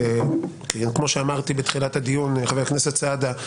כמו שאמרתי בתחילת הדיון, חבר הכנסת סעדה,